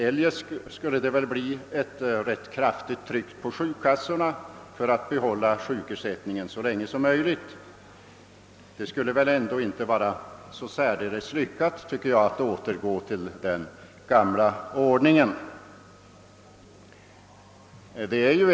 Eljest uppstår det ett kraftigt tryck på sjukkassorna att få behålla sjukersättningen så länge som möjligt. Jag anser att det inte skulle vara så lyckat att återgå till den gamla ordningen.